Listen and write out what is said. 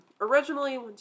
originally